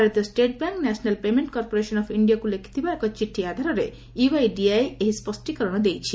ଭାରତୀୟ state bank national payment corporation of ଇଣିଆକୁ ଲେଖିଥିବା ଏକ ଚିଠି ଆଧାରରେ ୟୁଆଇଡିଏଆଇ ଏହି ସ୍ୱଷ୍ଟିକରଣ ଦେଇଛି